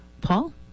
Paul